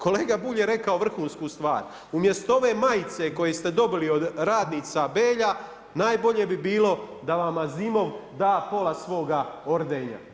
Kolega Bulj je rekao vrhunsku stvar, umjesto ove majice koju ste dobili od radnica Belja, najbolje bi bilo da vam Azimov da pola svoga ordenja.